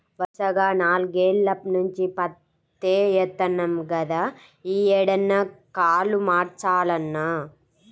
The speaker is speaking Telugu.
వరసగా నాల్గేల్ల నుంచి పత్తే యేత్తన్నాం గదా, యీ ఏడన్నా కాలు మార్చాలన్నా